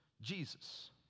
Jesus